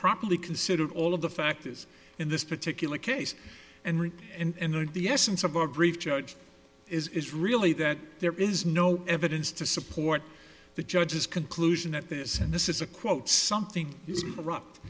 properly considered all of the factors in this particular case and rick and and the essence of our brief judge is really that there is no evidence to support the judge's conclusion at this and this is a quote something